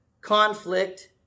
conflict